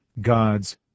God's